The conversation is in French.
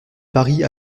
paris